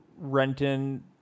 Renton